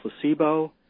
placebo